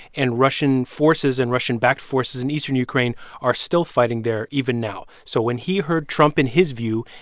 and russian forces and russian-backed forces in eastern ukraine are still fighting there even now so when he heard trump, in his view,